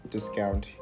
discount